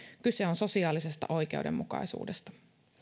kyse on sosiaalisesta oikeudenmukaisuudesta